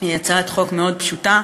היא הצעת חוק מאוד פשוטה.